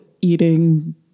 eating